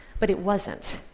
but it wasn't.